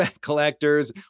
collectors